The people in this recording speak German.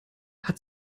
hat